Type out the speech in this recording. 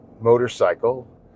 motorcycle